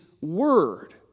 Word